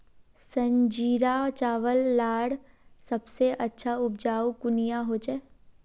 संजीरा चावल लार सबसे अच्छा उपजाऊ कुनियाँ होचए?